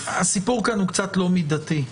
הסיפור פה קצת לא מידתי.